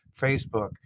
Facebook